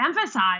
emphasize